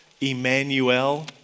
Emmanuel